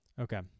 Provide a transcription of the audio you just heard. Okay